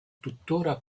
tuttora